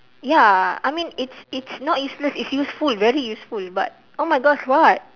ya I mean it's it's not useless it's useful very useful but oh my gosh what